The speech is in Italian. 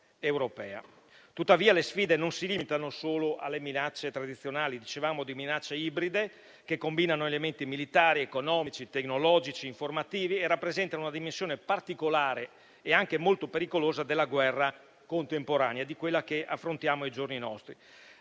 Tuttavia, le sfide non si limitano solo alle minacce tradizionali. Dicevamo di minacce ibride che combinano elementi militari, economici, tecnologici e informativi e rappresentano una dimensione particolare e anche molto pericolosa della guerra contemporanea, quella che affrontiamo ai giorni nostri.